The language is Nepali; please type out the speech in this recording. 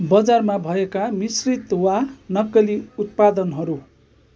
बजारमा भएका मिश्रित वा नक्कली उत्पादनहरू